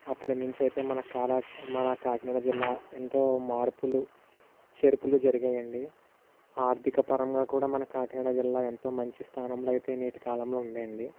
అప్పుడు నుంచి అయితే మన కా కాకినాడ జిల్లా ఎంతో మార్పులు చేర్పులు జరిగాయండి ఆర్థికపరంగా కూడా మన కాకినాడ జిల్లా ఎంతో మంచి స్థానంలో అయితే నేటి కాలంలో ఉండండి